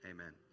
Amen